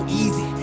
easy